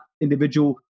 individual